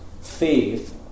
faith